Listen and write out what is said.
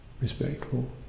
respectful